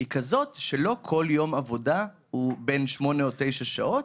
הוא כזה שלא כל יום עבודה הוא בן שמונה או תשע שעות.